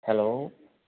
hello